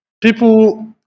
people